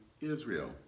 Israel